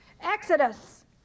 Exodus